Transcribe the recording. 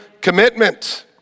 commitment